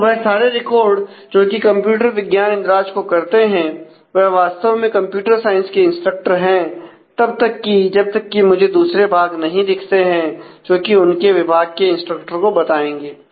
तो वह सारे रिकॉर्ड जो कि कंप्यूटर विज्ञान इंद्राज को करते हैं वह वास्तव में कंप्यूटर साइंस के इंस्ट्रक्टर हैं तब तक कि जब तक कि मुझे दूसरे भाग नहीं दिखते हैं जो कि उनके विभाग के इंस्ट्रक्टर को बताएंगे